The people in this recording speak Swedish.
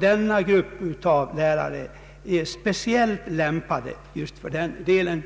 Denna grupp av lärare är speciellt lämpad just för sådan undervisning.